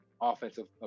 offensive